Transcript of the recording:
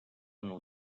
nou